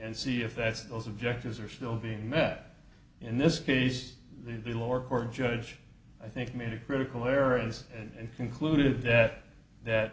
and see if that those objectives are still being met in this case the lower court judge i think made a critical error and and concluded that that